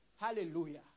Hallelujah